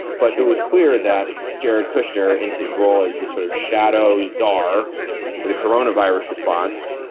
but it was clear that jared kushner, in his role as the sort of shadows czar but corona virus response,